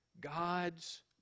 God's